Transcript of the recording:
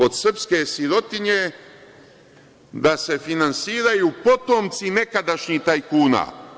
Od srpske sirotinje da se finansiraju potomci nekadašnjih tajkuna.